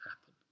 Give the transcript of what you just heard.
happen